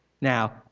Now